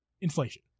Inflation